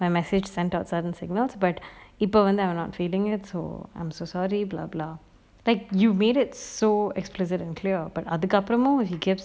my message sent sudden signals but இப்ப வந்து அவன்:ippa vanthu avan not feeding it so I'm so sorry blah blah like you made it so exposed and clear but அதுக்கப்புறமும்:athukkappuramum he gives